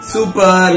Super